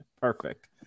Perfect